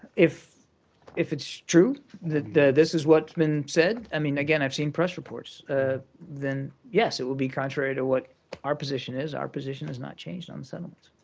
if if it's true that this is what's been said i mean, again, i've seen press reports then yes, it would be contrary to what our position is. our position has not changed on settlements.